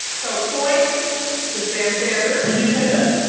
so point to sam sanders when did he say that?